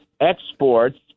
exports